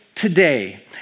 today